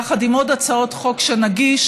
יחד עם עוד הצעות חוק שנגיש,